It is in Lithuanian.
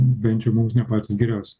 bent jau mums ne patys geriausi